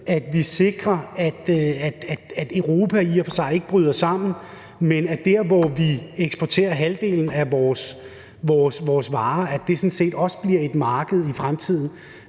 at vi sikrer, at Europa ikke bryder sammen, men at der, hvor vi eksporterer halvdelen af vores varer til, sådan set også bliver et marked i fremtiden.